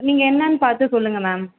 நீங்கள் என்னென்னு பார்த்து சொல்லுங்கள் மேம்